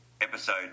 episode